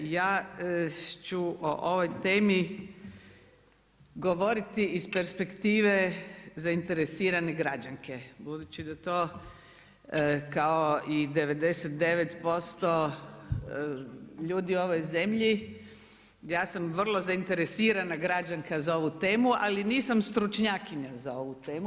Ja ću o ovoj temi govoriti iz perspektive zainteresirane građanke budući da to kao i 99% ljudi u ovoj zemlji ja sam vrlo zainteresirana građanka za ovu temu, ali nisam stručnjakinja za ovu temu.